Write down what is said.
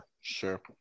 Sure